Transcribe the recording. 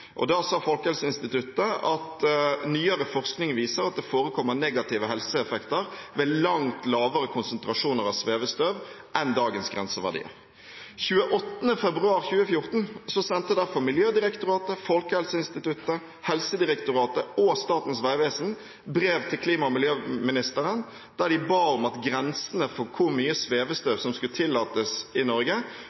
Da sa Folkehelseinstituttet at nyere forskning viser at det forekommer negative helseeffekter ved langt lavere konsentrasjoner av svevestøv enn dagens grenseverdier. Den 28. februar 2014 sendte derfor Miljødirektoratet, Folkehelseinstituttet, Helsedirektoratet og Statens vegvesen brev til klima- og miljøministeren, der de ba om at grensene for hvor mye svevestøv som skulle tillates i Norge,